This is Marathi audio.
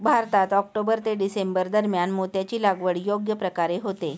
भारतात ऑक्टोबर ते डिसेंबर दरम्यान मोत्याची लागवड योग्य प्रकारे होते